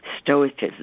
stoicism